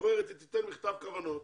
אומרת שתיתן מכתב כוונות,